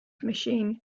machine